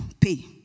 pay